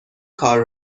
کار